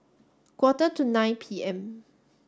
quarter to nine P M